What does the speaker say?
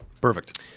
Perfect